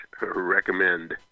recommend